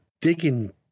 digging